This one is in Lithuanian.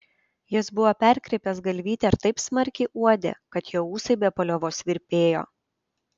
jis buvo perkreipęs galvytę ir taip smarkiai uodė kad jo ūsai be paliovos virpėjo